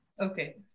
Okay